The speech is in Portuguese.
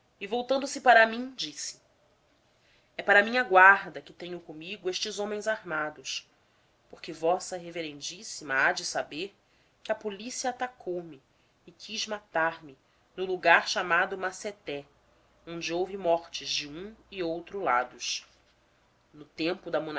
e voltando-se para mim disse é para minha guarda que tenho comigo estes homens armados porque v revma há de saber que a polícia atacou me e quis matar-me no lugar chamado massete onde houve mortes de um e outro lado no tempo da